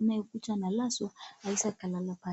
anayekuja analazwa aweze kulala pale.